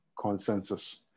consensus